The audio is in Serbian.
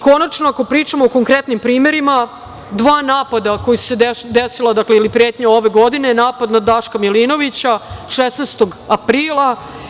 Konačno, ako pričamo o konkretnim primerima, dva napada koja su se desila ili pretnja ove godine, napad na Daška Milinovića, 16. aprila.